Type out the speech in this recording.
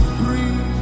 breathe